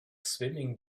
swimming